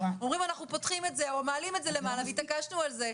ואמרנו: אנחנו פותחים את זה או מעלים את זה למעלה והתעקשנו על זה.